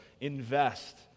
invest